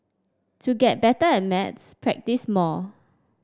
to get better at maths practise more